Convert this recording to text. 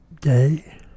day